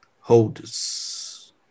holders